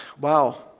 Wow